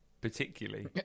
particularly